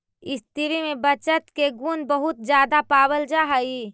स्त्रि में बचत के गुण बहुत ज्यादा पावल जा हई